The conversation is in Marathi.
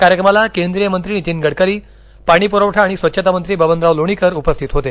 कार्यक्रमाला केंद्रीय मंत्री नितीन गडकरी पाणीपुरवठा आणि स्वच्छतामंत्री बबनराव लोणीकर उपस्थित होते